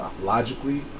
logically